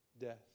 death